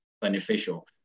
beneficial